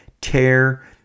tear